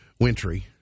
wintry